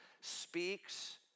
speaks